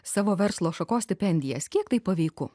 savo verslo šakos stipendijas kiek tai paveiku